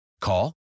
Call